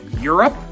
Europe